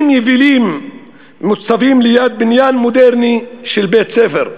יבילים מוצבים ליד בניין מודרני של בית-ספר.